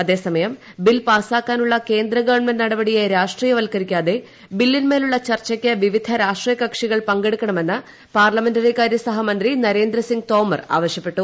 അതേസമയം ബിൽ പാസ്സാക്കാനുള്ള കേന്ദ്രഗവൺമെന്റ് നടപടിയെ രാഷ്ട്രീയവൽക്കരിക്കാതെ ബില്ലിന്മേലുള്ള ചർച്ചയ്ക്ക് വിവിധ രാഷ്ട്രീയകക്ഷികൾ പങ്കെടുക്കണമെന്ന് പാർലമെന്ററി കാര്യമന്ത്രി നരേന്ദ്രസിങ് തോമർ ആവശ്യപ്പെട്ടു